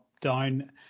down